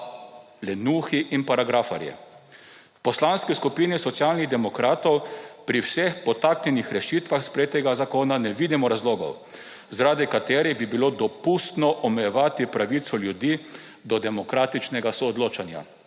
lenuhi in paragrafarji. V Poslanski skupini Socialnih demokratov pri vseh podtaknjenih rešitvah sprejetega zakona ne vidimo razlogov, zaradi katerih bi bilo dopustno omejevati pravico ljudi do demokratičnega soodločanja,